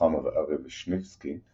רוחמה ואריה וישניבסקי,